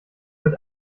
wird